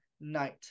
night